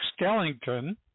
Skellington